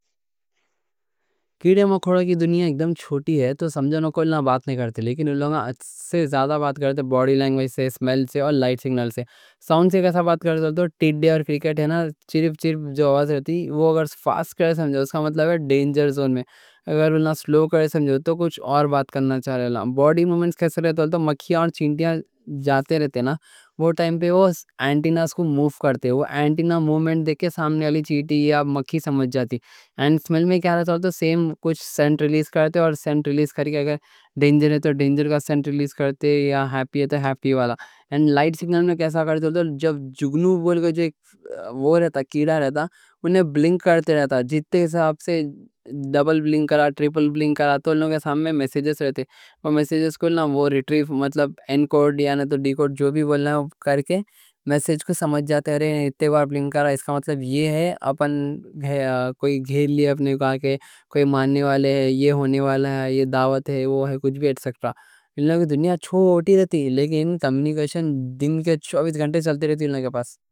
کیڑے مکوڑے کی دنیا اکدم چھوٹی رہتی، تو سمجھو نا ایلا بات نہیں کرتے لیکن ان لوگوں سے زیادہ بات کرتے باڈی لینگویج سے، سمیل سے، اور لائٹ سگنل سے، ساؤنڈ سے ایلا بات کرتے ٹیڈے اور کرکٹ نا، چرپ چرپ جو آواز رہتی، وہ اگر فاسٹ کرے سمجھو مطلب دینجر زون میں، اور اگر سلو کرے سمجھو تو کچھ اور بات کرنا چاہ رہے لانگ باڈی موومنٹس کیسے رہتے؟ مکھیاں اور چینٹیاں جاتے رہتے نا، وہ ٹائم پہ آنٹینا کو موو کرتے آنٹینا مومنٹ دیکھ کے سامنے والی چینٹیاں یا مکھی سمجھ جاتی سمجھ میں کیا رہتا؟ سیم کچھ سینٹ ریلیز کرتے، اور سینٹ ریلیز کر کے اگر دینجر ہے تو دینجر کا سینٹ ریلیز کرتے یا ہیپی ہے تو ہیپی والا اور لائٹ سگنل میں کیسا کرتے؟ جب جگنو جو ایک کیڑا رہتا، وہ بلنک کرتے رہتا؛ جتے ساب سے ڈبل بلنک کراتا، ٹرپل بلنک کراتا، تو انہوں کے سامنے میسیجز رہتے وہ میسیجز کو ریٹریو، مطلب انکوڈ یا ڈیکوڈ کر کے میسیج کو سمجھ جاتے اتے بار بلنک کراتا اس کا مطلب یہ ہے اپن کوئی گھیر لیا، اپن کے کوئی ماننے والے، یہ ہونے والا ہے، یہ دعوت ہے، وہ ہے کچھ بھی، ایٹس ایکٹرا انہوں کی دنیا چھوٹی رہتی لیکن کمیونیکیشن دن کے چوبیس گھنٹے چلتے رہتی انہوں کے پاس